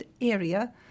area